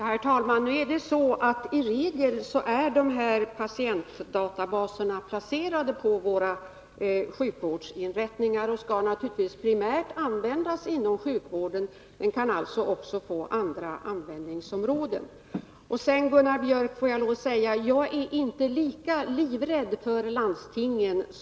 Herr talman! I regel är patientdatabaserna placerade på våra sjukvårdsinrättningar, och de skall naturligtvis primärt användas inom sjukvården, men de kan alltså också få andra användningsområden. Sedan måste jag till Gunnar Biörck i Värmdö säga att jag inte, som han, är livrädd för landstingen.